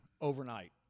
overnight